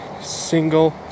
single